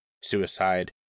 suicide